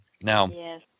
Now